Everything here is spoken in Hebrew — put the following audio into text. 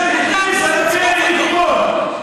אני מודה לך, אדוני.